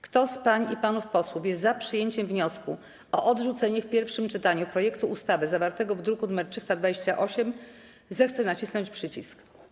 Kto z pań i panów posłów jest za przyjęciem wniosku o odrzucenie w pierwszym czytaniu projektu ustawy zawartego w druku nr 328, zechce nacisnąć przycisk.